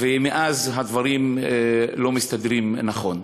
ומאז הדברים לא מסתדרים נכון.